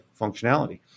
functionality